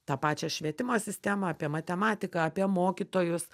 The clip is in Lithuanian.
tą pačią švietimo sistemą apie matematiką apie mokytojus